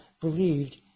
believed